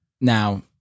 Now